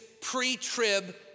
pre-trib